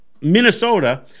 minnesota